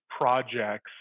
projects